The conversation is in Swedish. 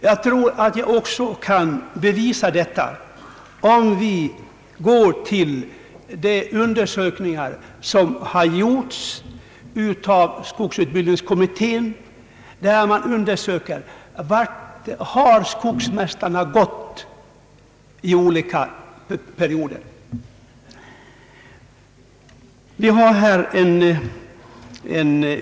Jag tror vi kan bevisa detta om vi går till de undersökningar som har gjorts av skogsutbildningskommittén om vart skogsmästarna tagit vägen i olika perioder.